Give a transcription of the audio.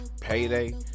payday